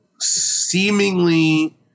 seemingly